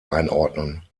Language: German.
einordnen